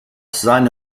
seine